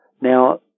Now